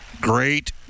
great